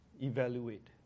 evaluate